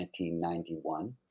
1991